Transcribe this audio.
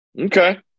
Okay